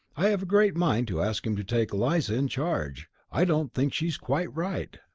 i have a great mind to ask him to take eliza in charge. i don't think she's quite right.